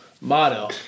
motto